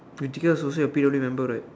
pretty girls also say happy member right